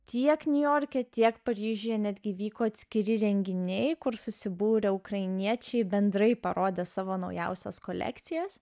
tiek niujorke tiek paryžiuje netgi vyko atskiri renginiai kur susibūrę ukrainiečiai bendrai parodė savo naujausias kolekcijas